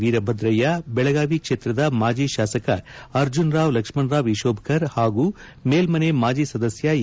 ವೀರಭದ್ರಯ್ಯ ಬೆಳಗಾವಿ ಕ್ಷೇತ್ರದ ಮಾಜಿ ಶಾಸಕ ಅರ್ಜುನರಾವ್ ಲಕ್ಷ್ಮಣರಾವ್ ಇಶೋಭಕರ್ ಹಾಗೂ ಮೇಲ್ಮನೆ ಮಾಜಿ ಸದಸ್ಯ ಎ